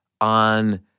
on